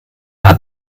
hat